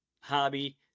hobby